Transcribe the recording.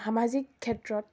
সামাজিক ক্ষেত্ৰত